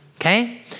okay